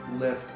lift